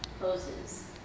Poses